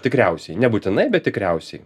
tikriausiai nebūtinai bet tikriausiai